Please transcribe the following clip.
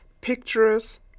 pictures